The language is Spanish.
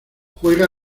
juega